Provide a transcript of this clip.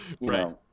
Right